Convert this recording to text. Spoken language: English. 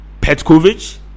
Petkovic